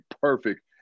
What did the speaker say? perfect